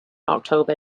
october